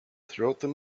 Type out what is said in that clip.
throughout